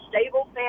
stable